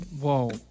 Whoa